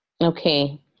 Okay